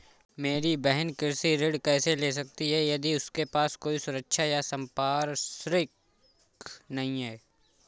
मेरी बहिन कृषि ऋण कैसे ले सकती है यदि उसके पास कोई सुरक्षा या संपार्श्विक नहीं है?